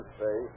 say